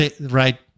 right